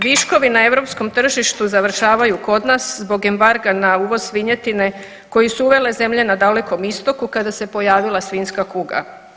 Viškovi na europskom tržištu završavaju kod nas zbog embarga na uvoz svinjetine koje su uvele zemlje na Dalekom istoku kada se pojavila svinjska kuga.